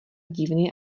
divný